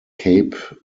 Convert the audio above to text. cape